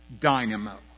Dynamo